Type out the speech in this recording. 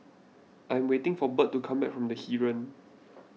I am waiting for Bert to come back from the Heeren